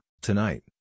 tonight